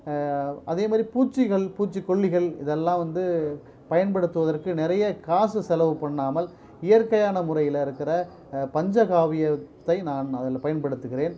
அதே மாதிரி பூச்சிகள் பூச்சிக்கொல்லிகள் இதெல்லாம் வந்து பயன்படுத்துவதற்கு நிறைய காசு செலவு பண்ணாமல் இயற்கையான முறையில் இருக்கிற பஞ்சக்காவியத்தை நான் அதில் பயன்படுத்துகிறேன்